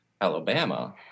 Alabama